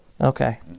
Okay